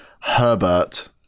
Herbert